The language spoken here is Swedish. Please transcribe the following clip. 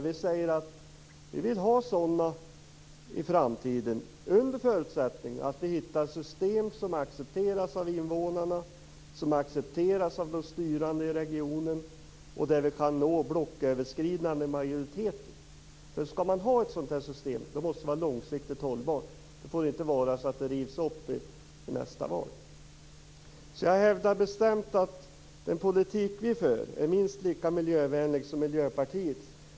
Vi säger att vi vill ha sådana i framtiden under förutsättning att vi hittar system som accepteras av invånarna, som accepteras av de styrande i regionen och där vi kan nå blocköverskridande majoriteter. Skall man ha ett sådant här system måste det vara långsiktigt hållbart. Det får inte vara så att det rivs upp i nästa val. Jag hävdar alltså bestämt att den politik vi för är minst lika miljövänlig som Miljöpartiets.